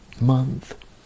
month